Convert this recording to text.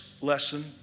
lesson